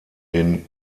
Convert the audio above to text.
den